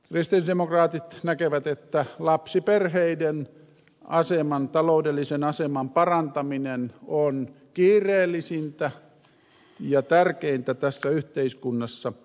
kristillisdemokraatit näkevät että lapsiperheiden taloudellisen aseman parantaminen on kiireellisintä ja tärkeintä tässä yhteiskunnassa